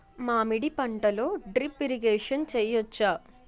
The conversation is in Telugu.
మామిడి పంటలో డ్రిప్ ఇరిగేషన్ చేయచ్చా?